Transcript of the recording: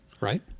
right